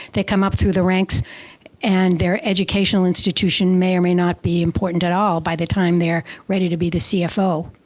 they come up through the ranks and their educational institution may or may not be important at all by the time they are ready to be the cfo.